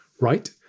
right